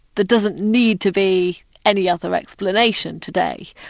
there doesn't need to be any other explanation today,